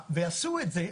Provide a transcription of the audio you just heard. ועשו את זה.